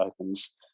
opens